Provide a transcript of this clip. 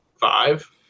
five